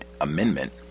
Amendment